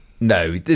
No